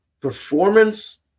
performance